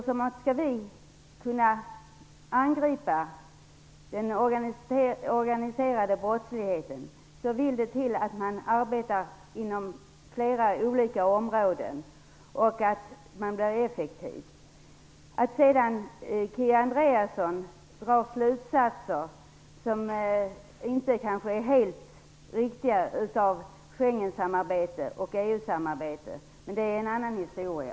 Skall vi kunna angripa den organiserade brottsligheten vill det till att man arbetar effektivt inom flera olika områden. Att Kia Andreasson drar slutsatser av Schengen och EU samarbete som inte är helt riktiga är en annan historia.